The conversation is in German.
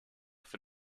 für